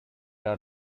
are